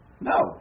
No